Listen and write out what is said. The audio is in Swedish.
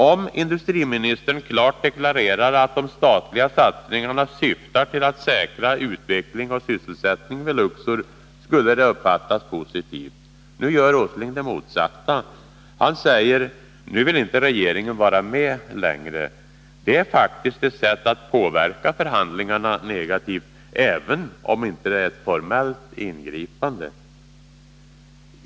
Om industriministern klart deklarerade att de statliga satsningarna syftar till att säkra utveckling och sysselsättning vid Luxor, skulle detta uppfattas positivt. Nu gör Nils Åsling det motsatta. Han säger att nu vill inte regeringen vara med längre. Det är faktiskt ett sätt att påverka förhandlingarna negativt, även om det inte är ett formellt ingripande.